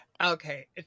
Okay